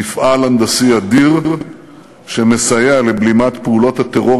מפעל הנדסי אדיר שמסייע לבלימת פעולות הטרור